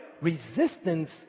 Resistance